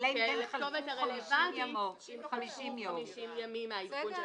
לכתובת הרלוונטית אם חלפו 50 ימים מעדכון הכתובת.